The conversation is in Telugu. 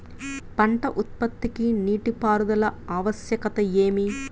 పంట ఉత్పత్తికి నీటిపారుదల ఆవశ్యకత ఏమి?